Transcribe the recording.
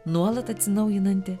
nuolat atsinaujinanti